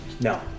no